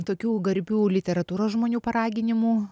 tokių garbių literatūros žmonių paraginimų